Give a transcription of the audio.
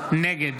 נגד